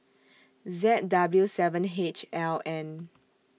Z W seven H L N